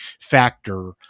factor